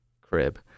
crib